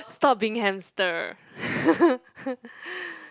stop being hamster